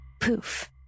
poof